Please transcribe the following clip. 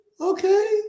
Okay